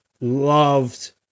loved